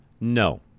No